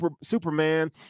Superman